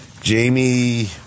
Jamie